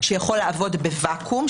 שיכול לעבוד בוואקום,